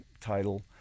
title